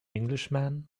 englishman